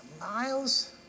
miles